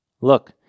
Look